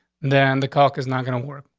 then the cock is not gonna work.